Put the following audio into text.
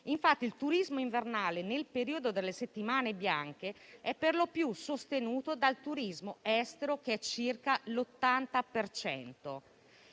Infatti, il turismo invernale nel periodo delle settimane bianche è per lo più sostenuto dal turismo estero, pari a circa l'80